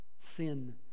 sin